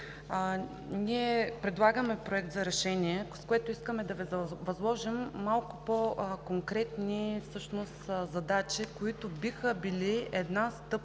ние предлагаме Проект за решение, с което искаме всъщност да Ви възложим малко по-конкретни задачи, които биха били една стъпка,